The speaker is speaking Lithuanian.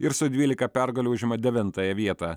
ir su dvylika pergalių užima devintąją vietą